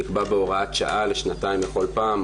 נקבע בהוראת שעה לשנתיים בכל פעם,